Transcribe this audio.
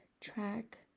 track